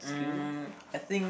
mm I think